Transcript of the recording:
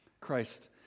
Christ